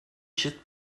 się